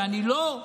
ואני לא,